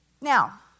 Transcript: Now